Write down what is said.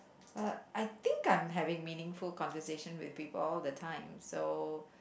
but I think I'm having meaningful conversation with people all the time so